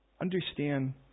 Understand